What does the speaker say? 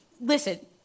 listen